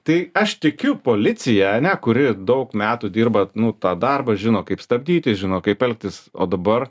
tai aš tikiu policija ane kuri daug metų dirba nu tą darbą žino kaip stabdyti žino kaip elgtis o dabar